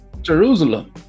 Jerusalem